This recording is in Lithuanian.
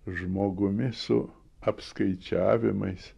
žmogumi su apskaičiavimais